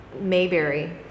Mayberry